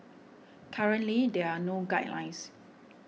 currently there are no guidelines